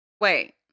Wait